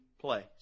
place